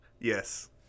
Yes